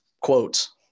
quotes